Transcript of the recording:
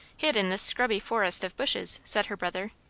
hid in this scrubby forest of bushes, said her brother.